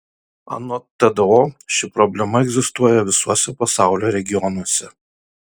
anot tdo ši problema egzistuoja visuose pasaulio regionuose